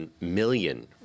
million